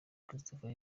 christopher